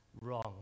wrong